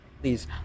Please